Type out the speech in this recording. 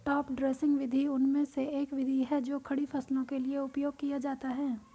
top dressing विधि उनमें से एक विधि है जो खड़ी फसलों के लिए उपयोग किया जाता है